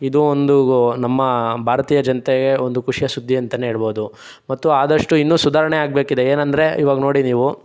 ಇದು ಒಂದು ನಮ್ಮ ಭಾರತೀಯ ಜನತೆಗೆ ಒಂದು ಖುಷಿಯ ಸುದ್ದಿ ಅಂತಲೇ ಹೇಳ್ಬೋದು ಮತ್ತು ಆದಷ್ಟು ಇನ್ನೂ ಸುಧಾರಣೆ ಆಗಬೇಕಿದೆ ಏನೆಂದರೆ ಈವಾಗ ನೋಡಿ ನೀವು